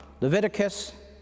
Leviticus